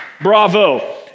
Bravo